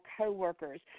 coworkers